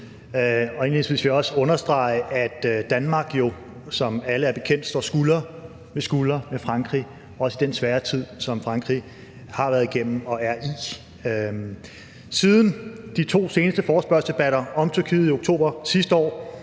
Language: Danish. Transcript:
Indledningsvis vil jeg også understrege, at Danmark jo, som alle er bekendt med, står skulder ved skulder med Frankrig, også i den svære tid, som Frankrig har været igennem og er i. Siden de to seneste forespørgselsdebatter om Tyrkiet i oktober sidste år